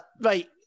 Right